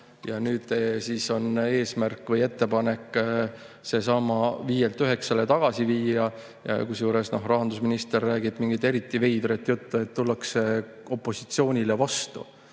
Ja nüüd siis on eesmärk või ettepanek see 5%-lt 9%-le tagasi viia. Kusjuures rahandusminister räägib mingit eriti veidrat juttu, et tullakse opositsioonile vastu,